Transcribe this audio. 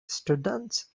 students